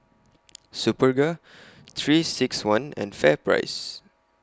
Superga three six one and FairPrice